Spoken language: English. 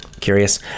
curious